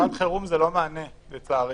--- חירום זה לא מענה לצערי.